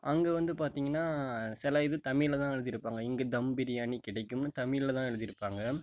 அங்கே வந்து பார்த்திங்கனா சில இது தமிழில் தான் எழுதியிருப்பாங்க இங்கு தம் பிரியாணி கிடைக்கும்னு தமிழில் தான் எழுதியிருப்பாங்க